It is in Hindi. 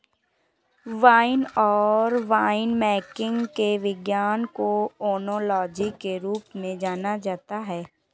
वाइन और वाइनमेकिंग के विज्ञान को ओनोलॉजी के रूप में जाना जाता है